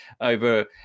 over